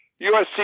USC